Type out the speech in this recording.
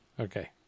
Okay